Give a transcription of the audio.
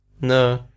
No